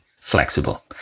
flexible